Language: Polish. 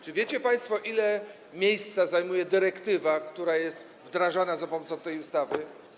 Czy wiecie państwo, ile miejsca zajmuje dyrektywa, która jest wdrażana za pomocą tej ustawy?